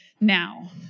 now